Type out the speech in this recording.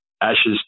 Ashes